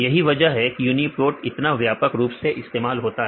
यही वजह है कि यूनीपोर्ट इतना व्यापक रूप से इस्तेमाल होता है